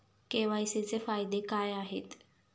KYC चे फायदे काय आहेत?